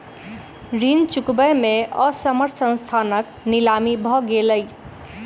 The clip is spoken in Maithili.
ऋण चुकबै में असमर्थ संस्थानक नीलामी भ गेलै